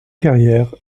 carrière